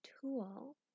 tool